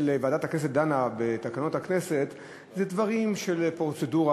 כשוועדת הכנסת דנה בתקנון הכנסת זה דברים של פרוצדורה,